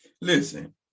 listen